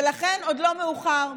ולכן, עוד לא מאוחר.